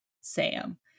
Sam